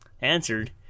answered